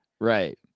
right